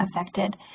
affected